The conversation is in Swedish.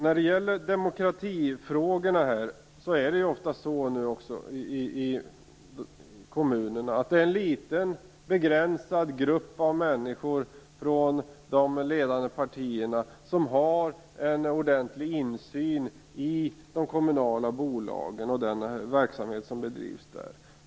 När det gäller demokratifrågorna är det ofta en liten begränsad grupp inom de ledande partierna ute i kommunerna som har en ordentlig insyn i de kommunala bolagen och i den verksamhet som där bedrivs.